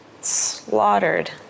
slaughtered